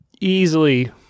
easily